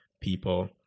people